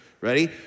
Ready